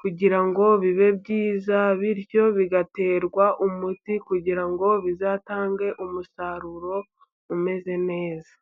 kugira ngo bibe byiza, bityo bigaterwa umuti kugira ngo bizatange umusaruro umeze neza.